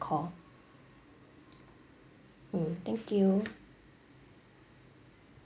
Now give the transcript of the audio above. call mm thank you